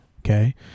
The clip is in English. okay